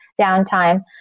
downtime